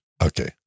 Okay